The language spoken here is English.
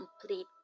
complete